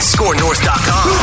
ScoreNorth.com